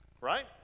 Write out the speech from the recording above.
right